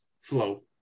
flow